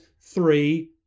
three